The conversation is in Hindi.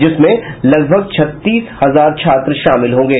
जिसमें लगभग छत्तीस हजार छात्र शामिल होंगे